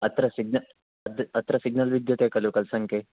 अत्र सिग्न अत्र सिग्नल् विद्यते खलु कल्सङ्के